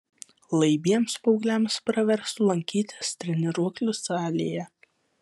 laibiems paaugliams praverstų lankytis treniruoklių salėje